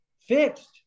fixed